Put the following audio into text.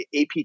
AP